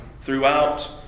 throughout